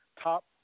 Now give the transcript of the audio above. top